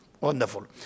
Wonderful